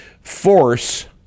Force